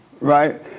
Right